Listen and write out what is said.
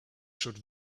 should